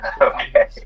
Okay